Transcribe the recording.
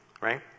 right